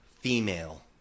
female